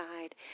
side